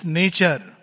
nature